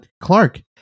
clark